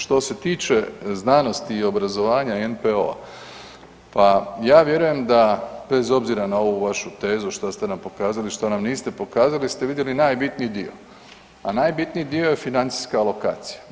Što se tiče znanosti i obrazovanja i NPOO-a, pa ja vjerujem da bez obzira na ovu vašu tezu što ste nam pokazali, a što nam niste pokazali, ste vidjeli najbitniji dio, a najbitniji dio je financijska alokacija.